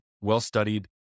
well-studied